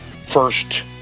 First